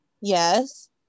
yes